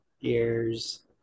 ears